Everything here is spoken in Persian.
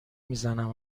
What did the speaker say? میزنم